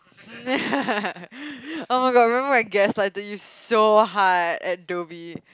[oh]-my-god remember my guest lighted you so hard at Dhoby